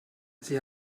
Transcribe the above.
sie